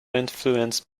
influenced